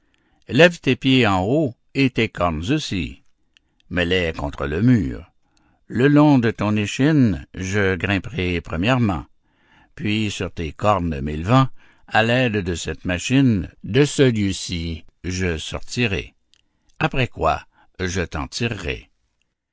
lève tes pieds en haut et tes cornes aussi mets-les contre le mur le long de ton échine je grimperai premièrement puis sur tes cornes m'élevant à l'aide de cette machine de ce lieu-ci je sortirai après quoi je t'en tirerai